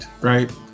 right